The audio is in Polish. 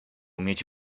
mieć